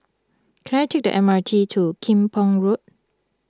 can I take the M R T to Kim Pong Road